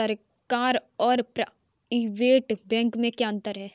सरकारी और private bank में क्या अंतर है?